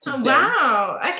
Wow